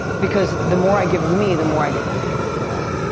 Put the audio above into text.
because the more i give of me, the more i get back. wow.